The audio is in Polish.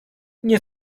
nie